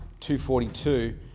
2.42